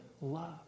love